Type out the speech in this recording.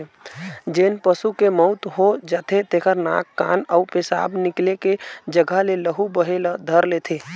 जेन पशु के मउत हो जाथे तेखर नाक, कान अउ पेसाब निकले के जघा ले लहू बहे ल धर लेथे